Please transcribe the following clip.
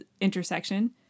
intersection